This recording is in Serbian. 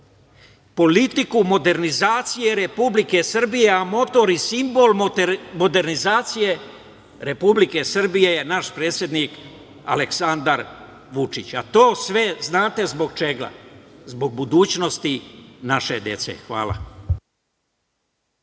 politiku modernizacije Republike Srbije, a motor i simbol modernizacije Republike Srbije je naš predsednik Aleksandar Vučić. A to sve znate zbog čega? Zbog budućnosti naše dece. Hvala.